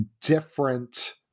different